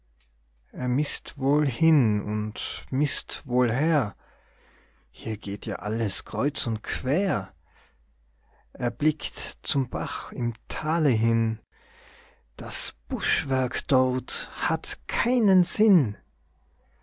er mißt wohl hin und mißt wohl her hier geht ja alles kreuz und quer er blickt zum bach im tale hin das buschwerk dort hat keinen sinn